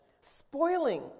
spoiling